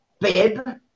bib